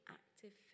active